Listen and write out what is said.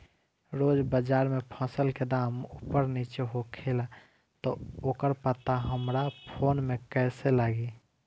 रोज़ बाज़ार मे फसल के दाम ऊपर नीचे होखेला त ओकर पता हमरा फोन मे कैसे लागी?